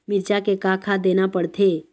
मिरचा मे का खाद देना पड़थे?